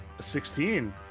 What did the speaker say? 16